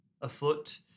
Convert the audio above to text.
afoot